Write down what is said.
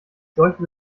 solche